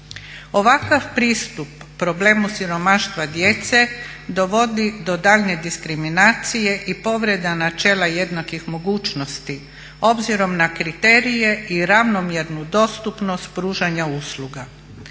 Ovakav pristup problemu siromaštva djece dovodi do daljnje diskriminacije i povreda načela jednakih mogućnosti, obzirom na kriterije i ravnomjernu dostupnost pružanja usluga.